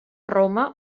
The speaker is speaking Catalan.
roma